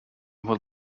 will